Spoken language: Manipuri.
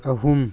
ꯑꯍꯨꯝ